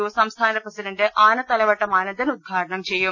U സംസ്ഥാന president Anathalavattom Anandan ഉദ്ഘാടനം ചെയ്യും